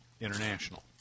International